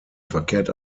verkehrt